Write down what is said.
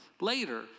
later